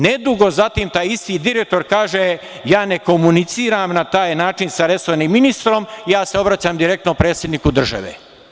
Nedugo zatim, taj isti direktor kaže – ja ne komuniciram na taj način sa resornim ministrom, ja se obraćam direktno predsedniku države.